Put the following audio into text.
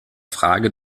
frage